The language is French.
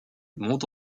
monde